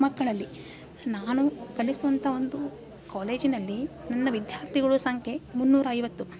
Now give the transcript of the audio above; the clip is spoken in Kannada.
ಮಕ್ಕಳಲ್ಲಿ ನಾನು ಕಲಿಸುವಂಥ ಒಂದು ಕಾಲೇಜಿನಲ್ಲಿ ನನ್ನ ವಿದ್ಯಾರ್ಥಿಗಳು ಸಂಖ್ಯೆ ಮುನ್ನೂರೈವತ್ತು